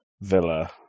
Villa